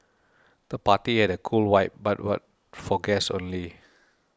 the party had a cool vibe but was for guests only